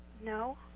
No